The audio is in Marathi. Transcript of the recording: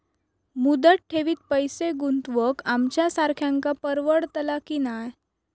मुदत ठेवीत पैसे गुंतवक आमच्यासारख्यांका परवडतला की नाय?